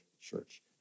church